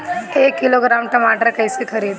एक किलोग्राम टमाटर कैसे खरदी?